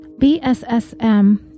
BSSM